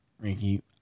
Ricky